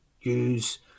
use